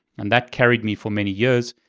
and that carried me for many years.